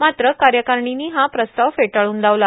मात्र कार्यकारिणीनं हा प्रस्ताव फेटाळून लावला